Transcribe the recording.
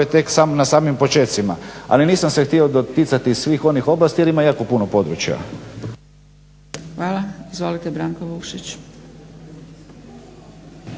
tek na samim počecima ali nisam se htio doticati svih onih oblasti jer ima jako puno područja. **Zgrebec, Dragica